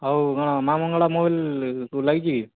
ମା' ମଙ୍ଗଳା ମୋବାଇଲକୁ ଲାଗଛି କି